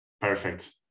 Perfect